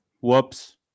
Whoops